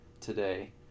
today